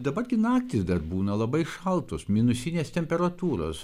dabar gi naktys dar būna labai šaltos minusinės temperatūros